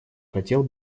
хотел